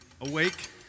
awake